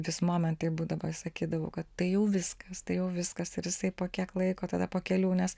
vis momentai būdavo ir sakydavau kad tai jau viskas tai jau viskas ir jisai po kiek laiko tada po kelių nes